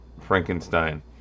Frankenstein